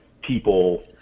people